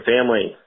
Family